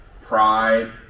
pride